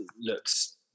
looks